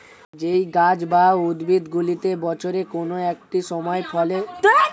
যেই গাছ বা উদ্ভিদগুলিতে বছরের কোন একটি সময় ফল ধরে তাদের একবর্ষজীবী উদ্ভিদ বলা হয়